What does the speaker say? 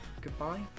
goodbye